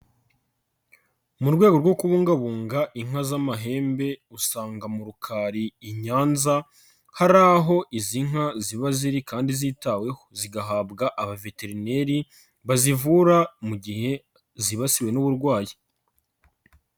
Mu rwego rwo kubungabunga inka z'amahembe usanga mu rukari i Nyanza, hari aho izi nka ziba ziri kandi zitaweho, zigahabwa abaveterineri bazivura mu gihe zibasiwe n'uburwayi.